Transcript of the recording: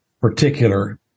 particular